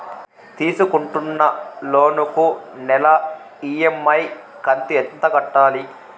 తీసుకుంటున్న లోను కు నెల ఇ.ఎం.ఐ కంతు ఎంత కట్టాలి?